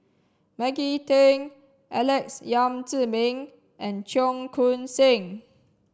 Maggie Teng Alex Yam Ziming and Cheong Koon Seng